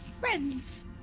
friends